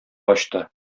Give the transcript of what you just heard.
ачты